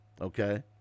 Okay